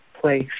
place